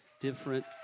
different